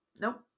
Nope